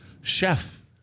Chef